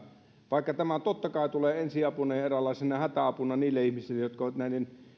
vaikka tämä totta kai tulee ensiapuna ja eräänlaisena hätäapuna niille ihmisille jotka ovat näiden